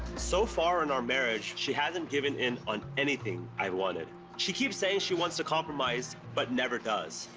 so far in our marriage, she hasn't given in on anything i've wanted. she keeps saying she wants to compromise, but never does.